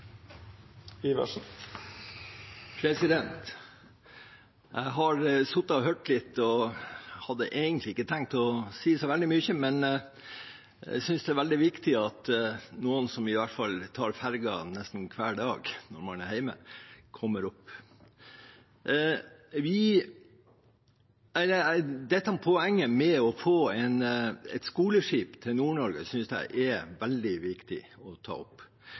Jeg har sittet og hørt litt og hadde egentlig ikke tenkt å si så veldig mye, men jeg synes det er veldig viktig at noen som i hvert fall tar fergen nesten hver dag når man er hjemme, kommer opp. Poenget med å få et skoleskip til Nord-Norge synes jeg er veldig viktig å ta opp.